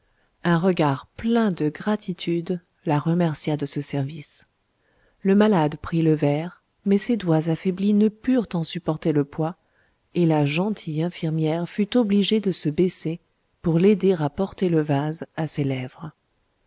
un regard plein de gratitude la remercia de ce service le malade prit le verre mais ses doigts affaiblis ne purent en supporter le poids et la gentille infirmière fut obligée de se baisser pour l'aider à porter le vase à ses lèvres